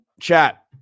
Chat